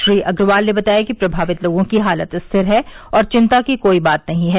श्री अग्रवाल ने बताया कि प्रभावित लोगों की हालत स्थिर है और चिंता की कोई बात नहीं है